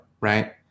right